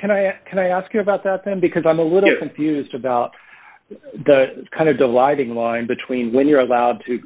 can i can i ask you about that time because i'm a little confused about the kind of dividing line between when you're allowed to